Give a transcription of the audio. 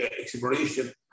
exploration